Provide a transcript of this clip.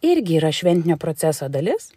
irgi yra šventinio proceso dalis